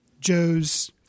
Joe's